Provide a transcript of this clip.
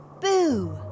Boo